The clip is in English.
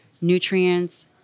Nutrients